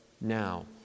now